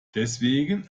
deswegen